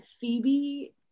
Phoebe